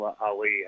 Ali